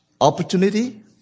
opportunity